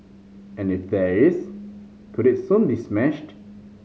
and if there is could it soon be smashed